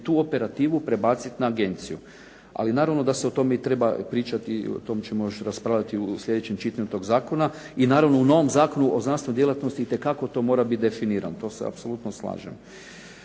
tu operativu prebaciti na agenciju. Ali naravno da se o tome treba pričati, o tome ćemo još raspravljati u sljedećem čitanju tog zakona i naravno, u novom Zakonu o znanstvenoj djelatnosti itekako to mora biti definiran, to se apsolutno slažem.